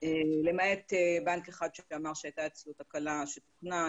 למעט בנק אחד שאמר שהייתה אצלו תקלה שתוקנה.